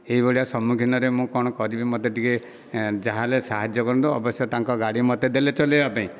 ଏହିଭଳିଆ ସମ୍ମୁଖୀନରେ ମୁଁ କ'ଣ କରିବି ମୋତେ ଟିକେ ଯାହା ହେଲେ ସାହାଯ୍ୟ କରନ୍ତୁ ଅବଶ୍ୟ ତାଙ୍କ ଗାଡ଼ି ମୋତେ ଦେଲେ ଚଲାଇବା ପାଇଁ